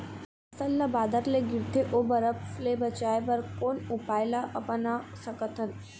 फसल ला बादर ले गिरथे ओ बरफ ले बचाए बर कोन उपाय ला अपना सकथन?